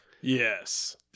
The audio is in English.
Yes